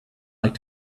like